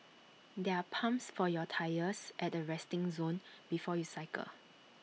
there are pumps for your tyres at the resting zone before you cycle